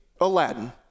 Aladdin